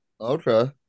Okay